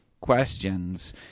questions—